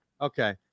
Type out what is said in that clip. Okay